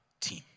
team